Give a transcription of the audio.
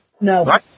No